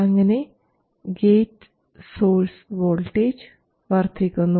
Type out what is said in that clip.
അങ്ങനെ gate source voltage വർദ്ധിക്കുന്നു